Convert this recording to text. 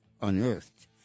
unearthed